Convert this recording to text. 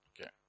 Okay